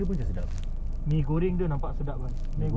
out of five aku akan bagi ya empat